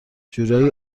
جورایی